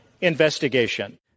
investigation